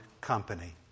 company